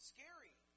Scary